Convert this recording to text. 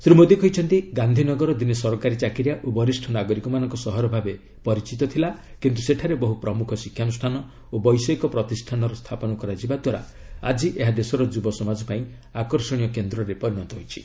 ଶ୍ରୀ ମୋଦି କହିଛନ୍ତି ଗାନ୍ଧିନଗର ଦିନେ ସରକାରୀ ଚାକିରିଆ ଓ ବରିଷ୍ଣ ନାଗରିକମାନଙ୍କ ସହର ଭାବେ ପରିଚିତ ଥିଲା କିନ୍ତୁ ସେଠାରେ ବହୁ ପ୍ରମୁଖ ଶିକ୍ଷାନୁଷ୍ଠା ଓ ବୈଷୟିକ ପ୍ରତିଷ୍ଠାନର ସ୍ଥାପନ କରାଯିବାଦ୍ୱାରା ଆଜି ଏହା ଦେଶର ଯୁବସମାଜ ପାଇଁ ଆକର୍ଷଣୀୟ କେନ୍ଦ୍ରରେ ପରିଣତ ହୋଇଛି